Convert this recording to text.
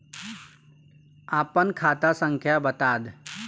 आपन खाता संख्या बताद